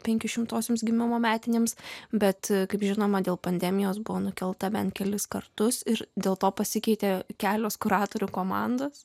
penkišimtosioms gimimo metinėms bet kaip žinoma dėl pandemijos buvo nukelta bent kelis kartus ir dėl to pasikeitė kelios kuratorių komandos